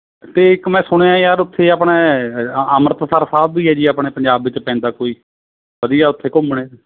ਅਤੇ ਇੱਕ ਮੈਂ ਸੁਣਿਆ ਯਾਰ ਉੱਥੇ ਆਪਣੇ ਅੰਮ੍ਰਿਤਸਰ ਸਾਹਿਬ ਵੀ ਹੈ ਜੀ ਆਪਣੇ ਪੰਜਾਬ ਵਿੱਚ ਪੈਂਦਾ ਕੋਈ ਵਧੀਆ ਉੱਥੇ ਘੁੰਮਣ ਨੂੰ